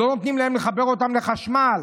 לא נותנים לחבר אותם לחשמל.